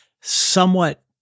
somewhat